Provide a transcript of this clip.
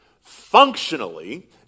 functionally